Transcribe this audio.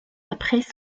après